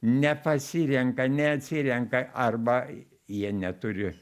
nepasirenka neatsirenka arba jie neturi